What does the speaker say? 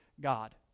God